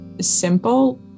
simple